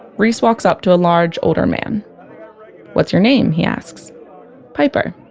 reese walks up to a large older man what's your name? he asks piper